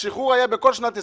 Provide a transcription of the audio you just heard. השחרור היה בכל שנת 20',